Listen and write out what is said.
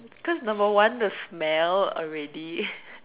cause number one the smell already